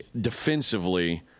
defensively